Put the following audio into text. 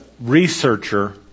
researcher